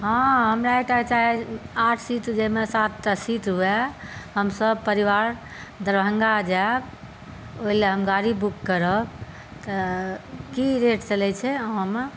हँ हमरा एकटा आठ सीट जाहिमे सात टा सीट हुए हम सब परिवार दरभंगा जायब ओहि लए हम गाड़ी बुक करब तऽ की रेट चलै छै अहाँमे